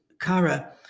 Kara